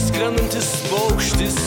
skrendantis paukštis